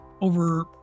over